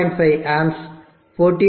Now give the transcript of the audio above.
5 amps 14